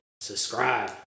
Subscribe